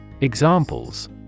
Examples